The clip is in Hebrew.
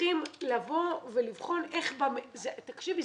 צריכים לבוא ולבחון --- תקשיבי,